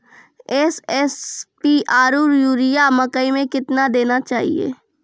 SSP आरु urea मकई मे कितना देना चाहिए?